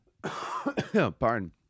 Pardon